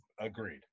Agreed